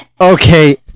okay